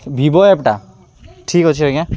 Vivo ଏଫ୍ଟା ଠିକ୍ ଅଛି ଆଜ୍ଞା